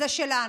זה שלנו.